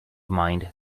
mind